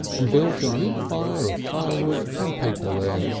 and built a neat fire of firewood and paper there,